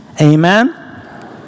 Amen